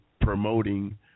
promoting